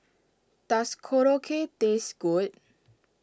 does Korokke taste good